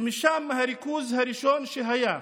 ומשם, הריכוז הראשון שהיה,